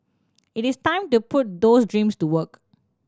it is time to put those dreams to work